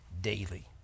daily